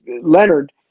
Leonard